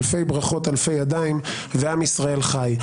אלפי ברכות אלפי ידיים ועם ישראל חי".